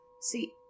See